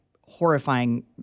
horrifying